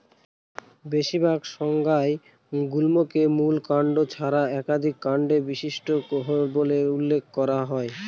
বেশিরভাগ সংজ্ঞায় গুল্মকে মূল কাণ্ড ছাড়া একাধিক কাণ্ড বিশিষ্ট বলে উল্লেখ করা হয়